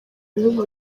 bihugu